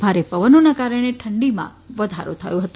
ભારે પવનોને કારણે ઠંડીમાં પણ વધારો થયો છે